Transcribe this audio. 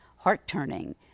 Heart-turning